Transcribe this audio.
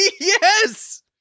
Yes